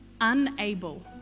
unable